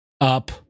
up